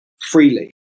freely